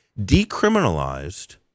decriminalized